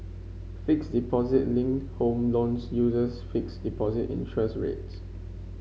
fixed deposit linked home loans uses fixed deposit interest rates